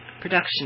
Production